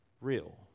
real